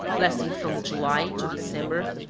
lasting from july to december,